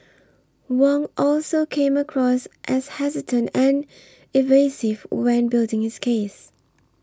Wong also came across as hesitant and evasive when building his case